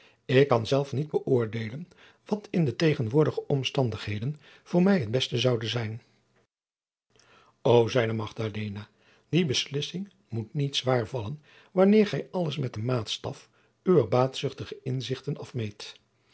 ik kan zelf niet bëoordeelen wat in de tegenwoordige omstandigheden voor mij het beste zoude zijn o zeide magdalena die beslissing moet niet zwaar vallen wanneer gij alles met den maatstaf uwer baatzuchtige inzichten afmeet